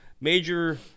major